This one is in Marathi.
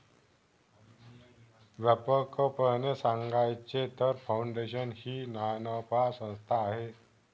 व्यापकपणे सांगायचे तर, फाउंडेशन ही नानफा संस्था आहे